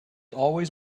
always